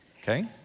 okay